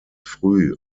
früh